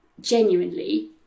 genuinely